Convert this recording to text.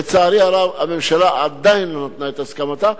לצערי הרב, הממשלה עדיין לא נתנה את הסכמתה.